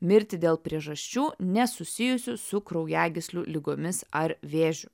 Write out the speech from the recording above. mirti dėl priežasčių nesusijusių su kraujagyslių ligomis ar vėžiu